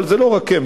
זה לא רק הן,